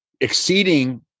exceeding